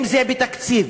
אם בתקציב,